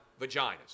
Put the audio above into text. vaginas